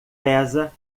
pesa